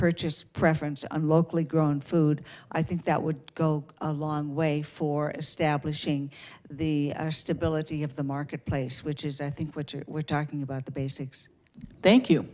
purchase preference on locally grown food i think that would go a long way for establishing the stability of the marketplace which is i think what you were talking about the basics thank you